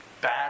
bad